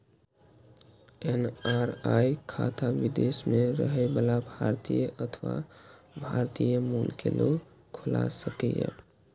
NRI खाता विदेश मे रहै बला भारतीय अथवा भारतीय मूल के लोग खोला सकैए